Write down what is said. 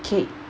K